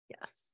yes